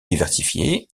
diversifiée